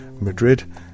Madrid